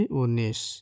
unis